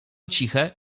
ciche